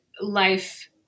life